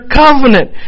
covenant